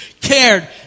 cared